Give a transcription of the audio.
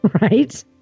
Right